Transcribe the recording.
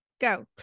go